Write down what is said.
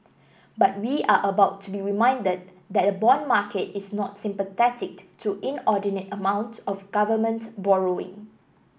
but we are about to be reminded that the bond market is not sympathetic to inordinate amounts of government borrowing